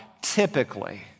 typically